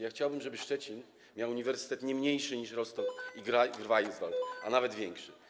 Ja chciałbym, żeby Szczecin miał uniwersytet nie mniejszy niż Rostock i Greifswald, a nawet większy.